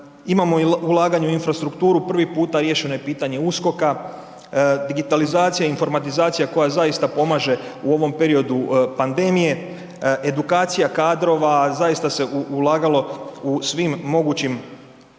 imamo ulaganje u infrastrukturu, prvi puta riješeno je pitanje USKOK-a, digitalizacija, informatizacija koja zaista pomaže u ovom periodu pandemije, edukacija kadrova. Zaista se ulagalo u svim mogućim sferama.